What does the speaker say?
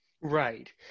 Right